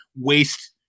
waste